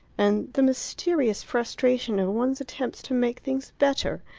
and the mysterious frustration of one's attempts to make things better.